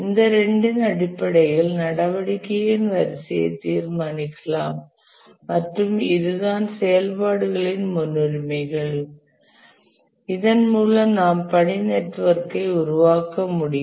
இந்த இரண்டின் அடிப்படையில் நடவடிக்கைகளின் வரிசையை தீர்மானிக்கலாம் மற்றும் இதுதான் செயல்பாடுகளின் முன்னுரிமைகள் இதன் மூலம் நாம் பணி நெட்வொர்க்கை ஐ உருவாக்க முடியும்